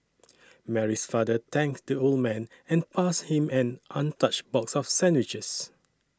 Mary's father thanked the old man and passed him an untouched box of sandwiches